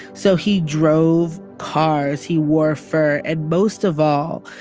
so he drove cars. he wore fur. and most of all,